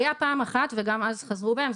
הייתה פעם אחת וגם אז חזרו בהם,